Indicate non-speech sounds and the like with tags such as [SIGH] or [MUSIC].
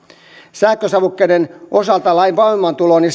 sähkösavukkeiden osalta lain voimaantulosta ja [UNINTELLIGIBLE]